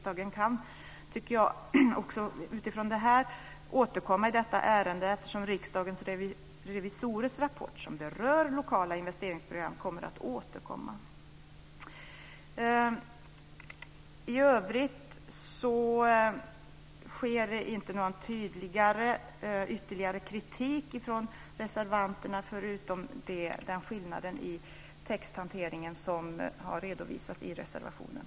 Jag tycker utifrån detta att riksdagen kan återkomma i det här ärendet, eftersom Riksdagens revisorers rapport som berör lokala investeringsprogram kommer att återkomma. I övrigt sker det inte någon ytterligare kritik från reservanterna, förutom den skillnad i texthantering som har redovisats i reservationen.